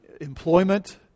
employment